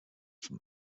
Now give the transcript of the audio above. from